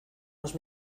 los